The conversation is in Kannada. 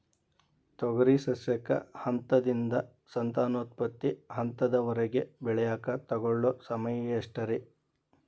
ತೊಗರಿ ಸಸ್ಯಕ ಹಂತದಿಂದ, ಸಂತಾನೋತ್ಪತ್ತಿ ಹಂತದವರೆಗ ಬೆಳೆಯಾಕ ತಗೊಳ್ಳೋ ಸಮಯ ಎಷ್ಟರೇ?